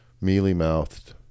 mealy-mouthed